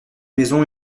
maison